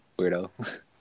weirdo